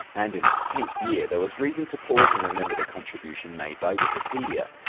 and in its tenth year there was reason to pause and remember the contribution made by wikipedia.